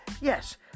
Yes